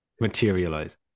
materialize